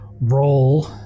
Roll